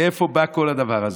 מאיפה בא כל הדבר הזה?